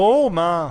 ברור, ברור.